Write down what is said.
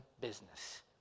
business